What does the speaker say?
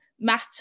matter